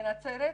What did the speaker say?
בנצרת,